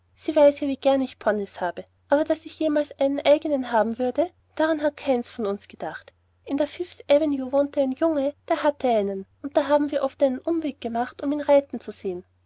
wie gern ich ponies habe aber daß ich je mal einen eigen haben würde daran hat keins von uns gedacht in der fifth avenue wohnte ein junge der hatte einen und da haben wir oft einen umweg gemacht um ihn reiten zu sehen